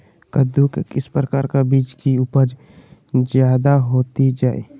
कददु के किस प्रकार का बीज की उपज जायदा होती जय?